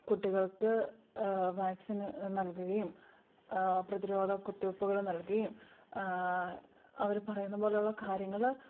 കുട്ടികൾക്ക് വാക്സിന് നൽകുകയും പ്രതിരോധ കുത്തിവെപ്പുകൾ നൽകുകയും അവർ പറയുന്ന പോലെ ഉള്ള കാര്യങ്ങൾ